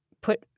put